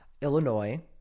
Illinois